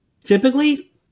typically